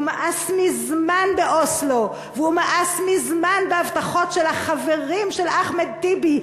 הוא מאס מזמן באוסלו והוא מאס מזמן בהבטחות של החברים של אחמד טיבי,